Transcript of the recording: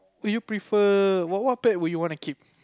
do you prefer what what pet would you want to keep